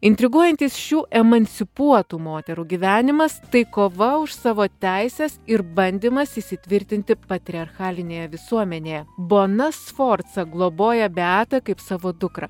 intriguojantys šių emancipuotų moterų gyvenimas tai kova už savo teises ir bandymas įsitvirtinti patriarchalinėje visuomenėje bona sforza globoja beatą kaip savo dukrą